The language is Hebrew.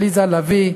עליזה לביא,